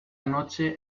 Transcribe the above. noche